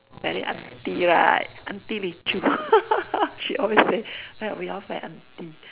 very aunty right aunty Li Choo she always right we all very aunty